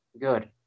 good